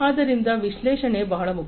ಆದ್ದರಿಂದ ವಿಶ್ಲೇಷಣೆ ಬಹಳ ಮುಖ್ಯ